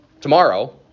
tomorrow